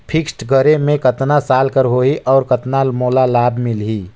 Fixed करे मे कतना साल कर हो ही और कतना मोला लाभ मिल ही?